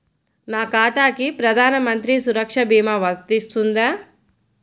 నా ఖాతాకి ప్రధాన మంత్రి సురక్ష భీమా వర్తిస్తుందా?